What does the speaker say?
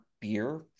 beer